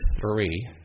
three